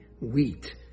wheat